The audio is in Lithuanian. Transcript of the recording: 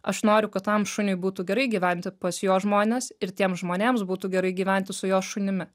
aš noriu kad tam šuniui būtų gerai gyventi pas jo žmones ir tiems žmonėms būtų gerai gyventi su jo šunimi